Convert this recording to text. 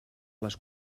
les